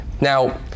now